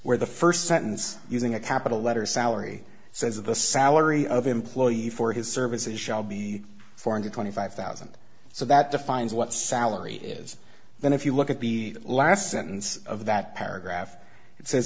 where the first sentence using a capital letter salary says the salary of employee for his services shall be four hundred twenty five thousand so that defines what salary is then if you look at the last sentence of that paragraph it says